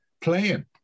playing